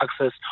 access